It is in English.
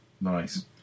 Nice